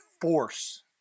force